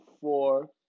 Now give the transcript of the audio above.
four